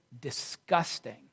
disgusting